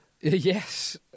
Yes